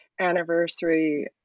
anniversary